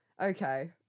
Okay